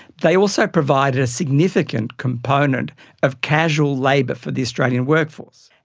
they also provide a significant component of casual labour for the australian workforce.